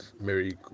mary